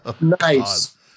Nice